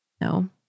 No